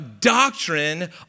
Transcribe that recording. doctrine